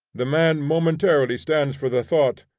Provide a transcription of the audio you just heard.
the man momentarily stands for the thought,